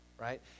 right